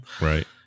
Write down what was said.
Right